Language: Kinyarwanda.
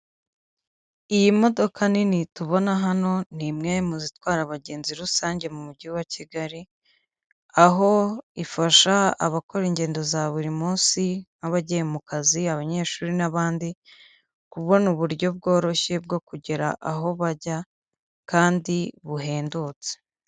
Iyi modoka nini tubona hano ni imwe mu zitwara abagenzi rusange mu mujyi wa kigali, aho ifasha abakora ingendo za buri munsi nk'abagiye mu kazi, abanyeshuri n'abandi, kubona uburyo bworoshye bwo kugera aho bajya kandi buhendutse.